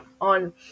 on